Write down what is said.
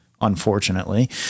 unfortunately